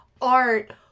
art